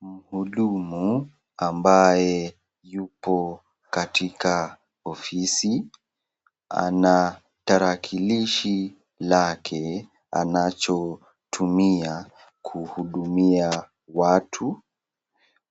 Mhudumu ambaye yupo katika ofisi, ana tarakilishi lake anachotumia kuhudumia watu,